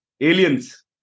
aliens